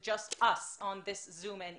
זה בעצם בתוך המשכן הזה מבחינה פנימית.